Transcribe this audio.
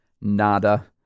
nada